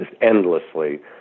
endlessly